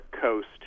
coast